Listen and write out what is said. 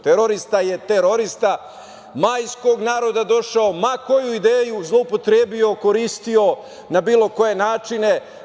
Terorista je terorista, majskog naroda došao, ma koju ideju zloupotrebio, koristio na bilo koje načine.